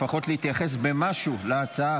לפחות להתייחס במשהו להצעה,